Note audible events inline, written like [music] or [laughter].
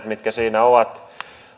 [unintelligible] mitkä siinä ovat